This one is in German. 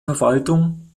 verwaltung